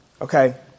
Okay